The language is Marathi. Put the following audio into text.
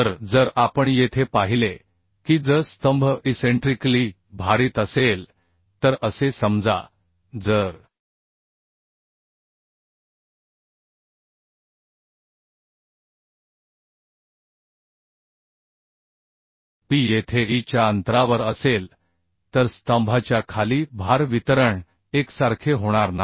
तर जर आपण येथे पाहिले की जर स्तंभ इसेंट्रिकली भारित असेल तर असे समजा जर p येथे e च्या अंतरावर असेल तर स्तंभाच्या खाली भार वितरण एकसारखे होणार नाही